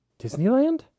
disneyland